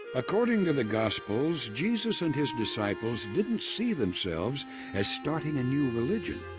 according to the gospels, jesus and his disciples didn't see themselves as starting a new religion,